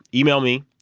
email me.